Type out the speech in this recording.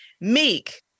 meek